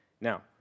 Now